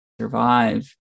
survive